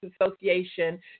Association